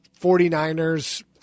49ers